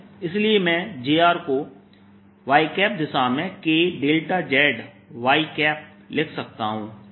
इसलिए मैं jr को y दिशा में Kδzy लिख सकता हूं